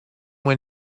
when